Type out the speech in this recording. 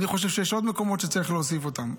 אני חושב שיש עוד מקומות שצריך להוסיף אותם,